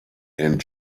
and